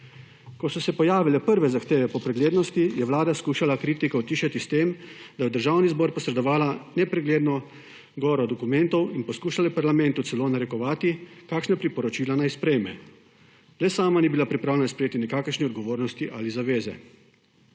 Ko so se pojavile prve zahteve po preglednosti, je vlada skušala kritiko utišati s tem, da je v Državni zbor posredovala nepregledno goro dokumentov in poskušala parlamentu celo narekovati, kakšna priporočila naj sprejme, le sama ni bila pripravljena sprejeti nikakršne odgovornosti ali zaveze.